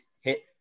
hit